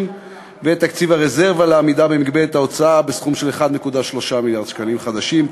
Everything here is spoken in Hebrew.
ותקציב הרזרבה לעמידה במגבלת ההוצאה בסכום של 1.3 מיליארד שקלים חדשים.